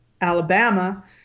Alabama